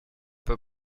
peu